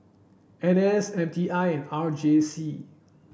N S M T I and R J C